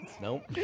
Nope